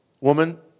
Woman